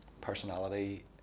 personality